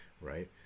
right